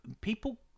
People